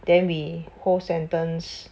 then we whole sentence